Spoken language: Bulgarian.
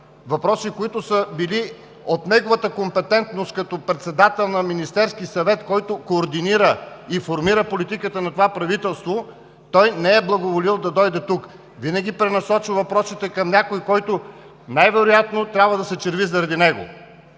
въпроси, които са били от неговата компетентност като председател на Министерския съвет, който координира, информира политиката на това правителство, той не е благоволил да дойде тук. Винаги пренасочва въпросите към някого, който най-вероятно трябва да се черви заради него